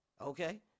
okay